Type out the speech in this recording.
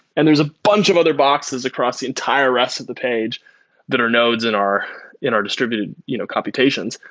and there's a bunch of other boxes across the entire rest of the page that are nodes in our in our distributed you know computations.